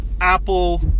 Apple